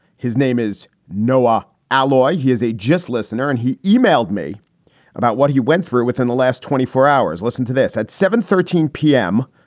his name is noah alloy. he is a just listener and he emailed me about what he went through within the last twenty four hours. listen to this at seven thirteen p m.